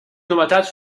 novetats